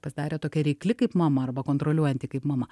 pasidarė tokia reikli kaip mama arba kontroliuojanti kaip mama